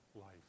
life